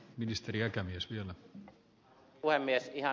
ihan niin kuin ed